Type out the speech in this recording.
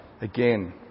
again